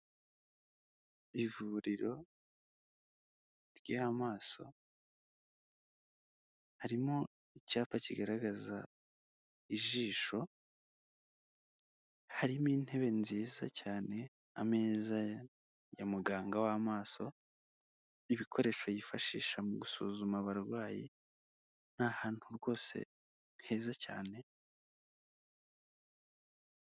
Ivuriro ry'amaso, harimo icyapa kigaragaza ijisho, harimo intebe nziza cyane, ameza ya muganga w'amaso, ibikoresho yifashisha mu gusuzuma abarwayi, ni ahantu rwose heza cyane.